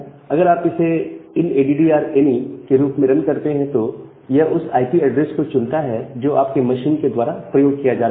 अगर आप इससे इनएडीडीआर एनी INADDRS ANY के रूप में रन करते हैं तो यह उस आईपी ऐड्रेस को चुनता है जो आपके मशीन के द्वारा प्रयोग किया जा रहा है